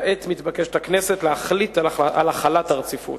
כעת מתבקשת הכנסת להחליט על החלת הרציפות.